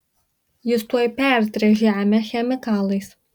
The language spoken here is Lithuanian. jis tuoj pertręš žemę chemikalais